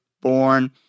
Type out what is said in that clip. born